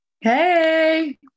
Hey